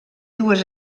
dues